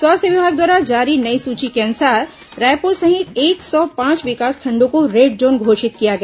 स्वास्थ्य विभाग द्वारा जारी नई सूची के अनुसार रायपुर सहित एक सौ पांच विकासखंडों को रेड जोन घोषित किया गया